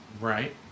Right